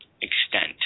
extent